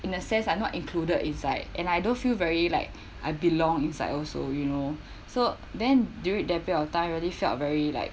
in a sense I not included inside and I don't feel very like I belong inside also you know so then during that period of time really felt very like